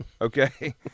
okay